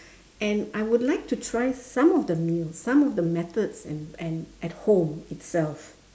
and I would like to try some of the meals some of the methods and and at home itself